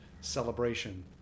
celebration